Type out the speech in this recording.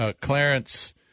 Clarence